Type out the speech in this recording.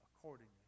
accordingly